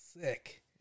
sick